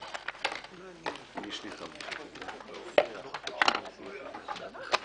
הישיבה ננעלה בשעה 12:27.